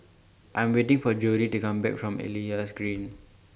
I'm waiting For Jodi to Come Back from Elias Green